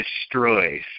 destroys